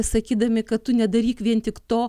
sakydami kad tu nedaryk vien tik to